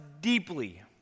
deeply